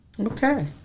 okay